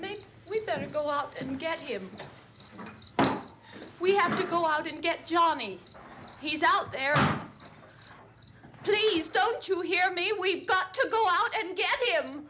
maybe we better go out and get him we have to go out and get johnny he's out there please don't you hear me we've got to go out and get